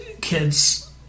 kids